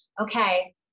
okay